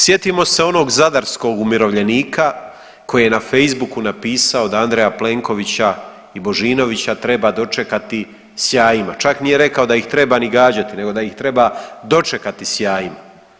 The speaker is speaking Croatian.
Sjetimo se onog zadarskog umirovljenika koji je na Facebooku napisao da Andreja Plenkovića i Božinovića treba dočekati s jajima, čak nije rekao da ih treba ni gađati nego da ih treba dočekati s jajima.